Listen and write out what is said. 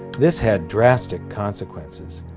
this had drastic consequences,